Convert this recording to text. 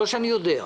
לא שאני יודע.